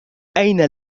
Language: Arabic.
أين